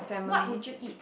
what would you eat